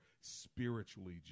spiritually